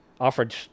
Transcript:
offered